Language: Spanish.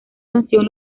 sanción